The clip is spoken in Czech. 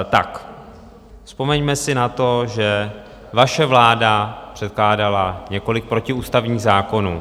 Tak vzpomeňme si na to, že vaše vláda předkládala několik protiústavních zákonů.